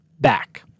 Back